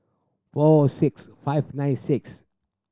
four six five nine six